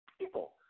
people